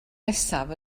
nesaf